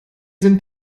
sind